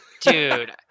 Dude